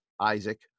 Isaac